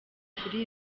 kuri